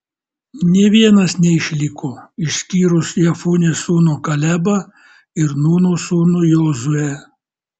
nė vienas neišliko išskyrus jefunės sūnų kalebą ir nūno sūnų jozuę